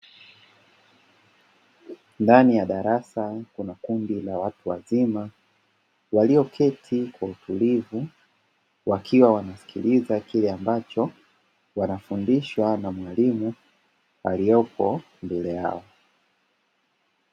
Ndani ya darasa kuna kundi la watu wazima walioketi kwa utulivu wakiwa wamesikiliza kile ambacho wanafundishwa na mwalimu aliyoko mbele yao.